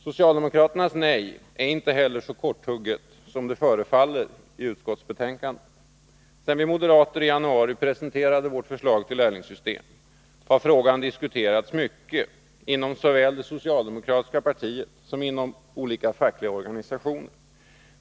Socialdemokraternas nej är inte heller så korthugget som det förefaller i utskottsbetänkandet. Sedan vi moderater i januari presenterade vårt förslag till lärlingssystem har frågan diskuterats mycket såväl inom det socialdemokratiska partiet som inom olika fackliga organisationer.